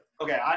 Okay